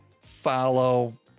follow